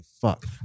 fuck